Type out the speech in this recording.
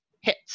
hits